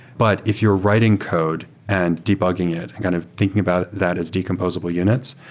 but if you're writing code and debugging it and kind of thinking about that as decomposable units,